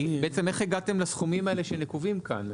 בעצם איך הגעתם לסכומים האלה שנקובים כאן?